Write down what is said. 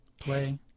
play